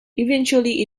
eventually